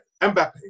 Mbappe